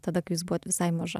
tada kai jūs buvot visai maža